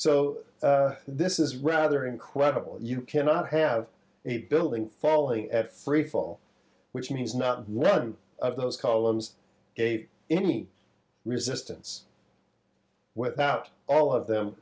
so this is rather incredible you cannot have a building falling at freefall which means not one of those columns a any resistance without all of them